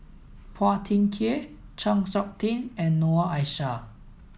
Phua Thin Kiay Chng Seok Tin and Noor Aishah